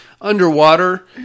underwater